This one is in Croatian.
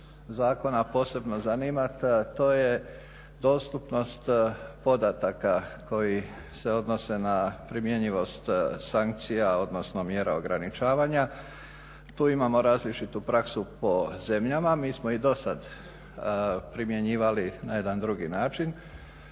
zakona posebno zanimati, a to je dostupnost podataka koji se odnose na primjenjivost sankcija odnosno mjera ograničavanja. Tu imamo različitu praksu po zemljama, mi smo i do sada primjenjivali na jedan drugi način